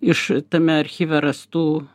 iš tame archyve rastų